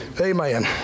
Amen